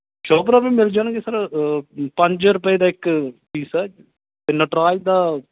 sharpener ਵੀ ਮਿਲ ਜਾਣਗੇ ਸਰ ਪੰਜ ਰੁਪਏ ਦਾ ਇੱਕ ਪੀਸ ਹੈ ਅਤੇ ਨਟਰਾਜ ਦਾ